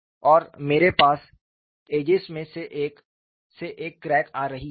और मेरे पास एड्जेस में से एक से एक क्रैक आ रही है